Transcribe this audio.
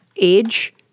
age